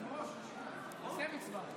ההצעה לא התקבלה.